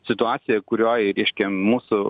situaciją kurioj reiškia mūsų